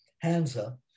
Hansa